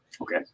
Okay